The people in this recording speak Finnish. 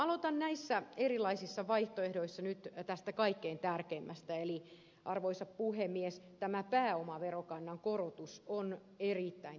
aloitan näistä erilaisista vaihtoehdoista nyt kaikkein tärkeimmästä eli arvoisa puhemies pääomaverokannan korotuksesta